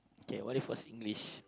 okay what if it was English